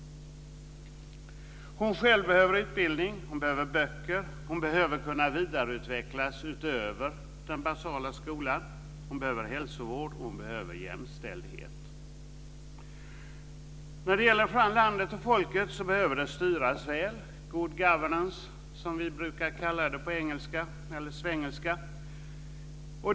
Flickan själv behöver utbildning, böcker, hon behöver kunna vidareutvecklas utöver den basala skolan. Hon behöver hälsovård och jämställdhet. När det gäller landet och folket behöver de styras väl - good governance, som vi brukar kalla det på svengelska.